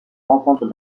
rencontre